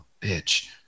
bitch